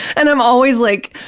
and i'm always like,